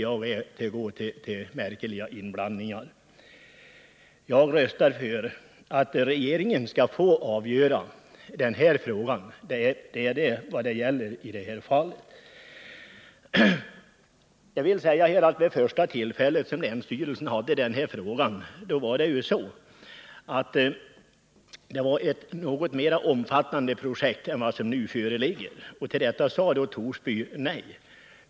Jag röstar för att regeringen skall få avgöra den här frågan — det är det som saken gäller. Vid det första tillfället då länsstyrelsen behandlade den här frågan var det ett något mer omfattande projekt än vad som nu är fallet. Till detta sade Torsby kommun nej.